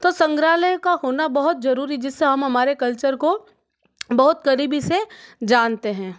तो संग्रहालय का होना बहुत जरूरी जिससे हम हमारे कल्चर यहाँ को बहुत करीबी से जानते हैं